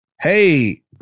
Hey